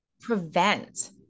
prevent